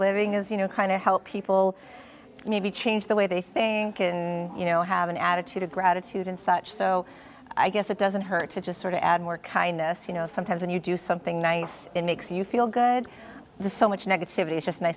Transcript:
living is you know kind of help people maybe change the way they thing can you know have an attitude of gratitude and such so i guess it doesn't hurt to just sort of add more kindness you know sometimes when you do something nice it makes you feel good the so much negativity